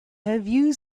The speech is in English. you